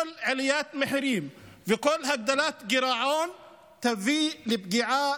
כל עליית מחירים וכל הגדלת גירעון יביאו לפגיעה